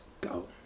go